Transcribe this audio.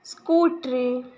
ਸਕੂਟਰੀ